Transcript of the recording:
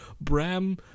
Bram